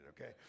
okay